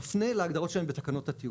מפנה להגדרות שלהם בהגדרות התיעוד.